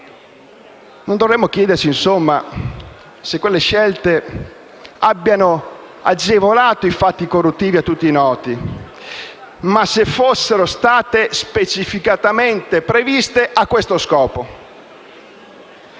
Non dovremmo chiederci, insomma, se quelle scelte abbiano agevolato i fatti corruttivi a tutti noti, ma se fossero state specificatamente previste allo scopo.